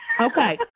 Okay